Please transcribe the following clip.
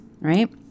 right